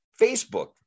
Facebook